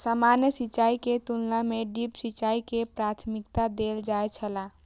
सामान्य सिंचाई के तुलना में ड्रिप सिंचाई के प्राथमिकता देल जाय छला